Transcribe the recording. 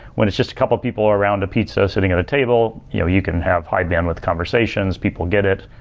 when it's just a couple people around a pizza sitting at a table, you know you can have high bandwidth conversations, people get it.